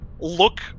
look